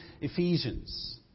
Ephesians